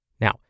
Now